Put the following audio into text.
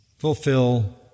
Fulfill